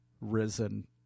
risen